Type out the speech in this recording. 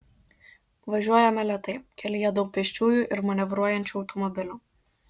važiuojame lėtai kelyje daug pėsčiųjų ir manevruojančių automobilių